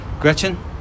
Gretchen